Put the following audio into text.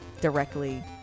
directly